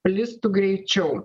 plistų greičiau